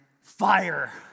Fire